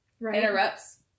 interrupts